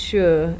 Sure